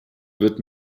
wird